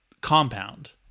compound